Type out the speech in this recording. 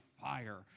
fire